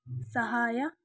ಸಹಾಯ